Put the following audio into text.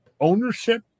ownership